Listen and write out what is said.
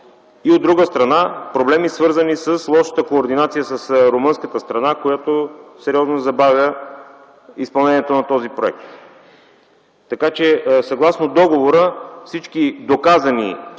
а от друга страна - проблеми, свързани с лошата координация с румънската страна, която сериозно забавя изпълнението на този проект. Съгласно договора всички доказани